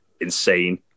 insane